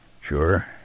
Sure